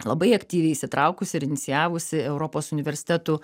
labai aktyviai įsitraukusi ir inicijavusi europos universitetų